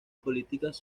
políticas